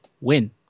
win